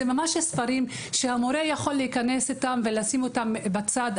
אלה הספרים שהמורה יכול להיכנס איתם ולשים אותם בצד.